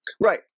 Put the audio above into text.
Right